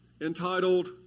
entitled